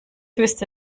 wüsste